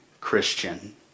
Christian